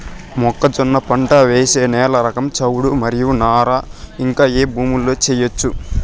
మొక్కజొన్న పంట వేసే నేల రకం చౌడు మరియు నారు ఇంకా ఏ భూముల్లో చేయొచ్చు?